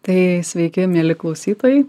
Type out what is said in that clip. tai sveiki mieli klausytojai